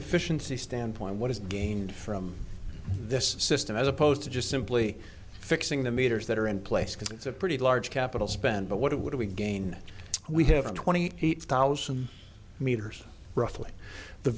efficiency standpoint what is gained from this system as opposed to just simply fixing the meters that are in place because it's a pretty large capital spend but what it would have again we have twenty eight thousand meters roughly the